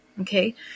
Okay